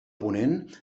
ponent